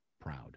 proud